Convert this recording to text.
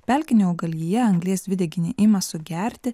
pelkinė augalija anglies dvideginį ima sugerti